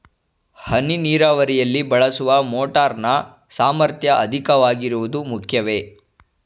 ಹನಿ ನೀರಾವರಿಯಲ್ಲಿ ಬಳಸುವ ಮೋಟಾರ್ ನ ಸಾಮರ್ಥ್ಯ ಅಧಿಕವಾಗಿರುವುದು ಮುಖ್ಯವೇ?